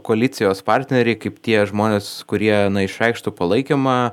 koalicijos partneriai kaip tie žmonės kurie na išreikštų palaikymą